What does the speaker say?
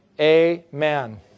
Amen